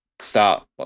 start